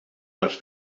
les